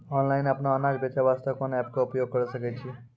Online अपनो अनाज बेचे वास्ते कोंन एप्प के उपयोग करें सकय छियै?